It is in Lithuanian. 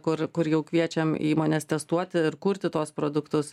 kur kur jau kviečiam įmones testuoti ir kurti tuos produktus